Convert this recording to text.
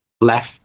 left